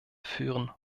führen